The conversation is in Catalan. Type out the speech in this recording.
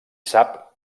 sap